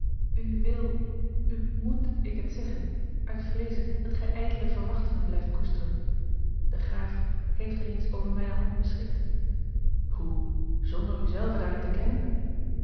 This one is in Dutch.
u wil u moet ik het zeggen uit vreeze dat gij ijdele verwachtingen blijft koesteren de graaf heeft reeds over mijne hand beschikt hoe zonder u zelve daarin te kennen